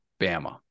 Bama